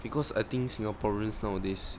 because I think singaporeans nowadays